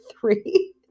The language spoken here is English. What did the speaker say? three